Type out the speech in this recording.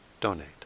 donate